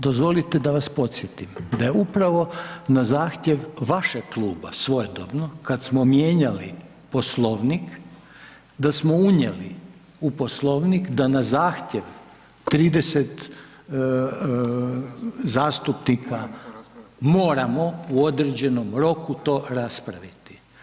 Dozvolite da vas podsjetim da je upravo na zahtjev vašeg kluba svojedobno kada smo mijenjali Poslovnik da smo unijeli u Poslovnik da na zahtjev 30 zastupnika moramo u određenom roku to raspraviti.